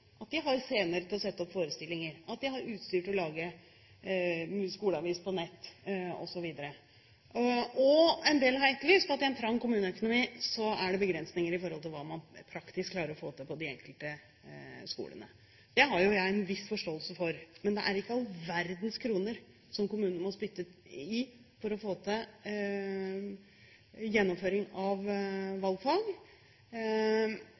at de har scener til å sette opp forestillinger, at de har utstyr til å lage skoleavis på nett, osv. En del har etterlyst at i en trang kommuneøkonomi er det begrensninger i forhold til hva man praktisk klarer å få til på de enkelte skolene. Det har jeg en viss forståelse for, men det er ikke all verdens kroner som kommunene må spytte i for å få til gjennomføring av